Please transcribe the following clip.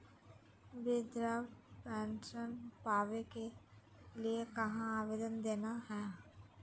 वृद्धा पेंसन पावे के लिए कहा आवेदन देना है?